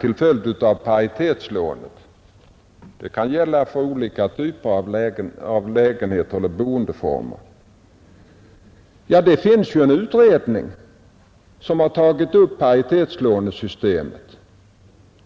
till följd av paritetslånet — det kan gälla för olika typer av boendeformer. Jag vill gärna här skjuta in att det finns en utredning som har tagit upp paritetslånesystemet.